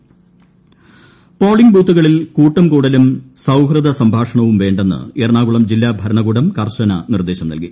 Kochi booth polling ബൂത്തുകളിൽ കൂട്ടം കൂടലും സൌഹൃദ സംഭാഷണവും വേണ്ടെന്ന് എറണാകുളം ജില്ലാ ഭരണകൂടം കർശന നിർദ്ദേശം നൽകി